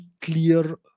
clear